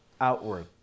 outward